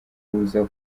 kuza